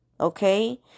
Okay